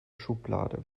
schublade